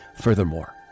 Furthermore